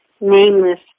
nameless